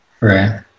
Right